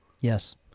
Yes